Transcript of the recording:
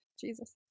Jesus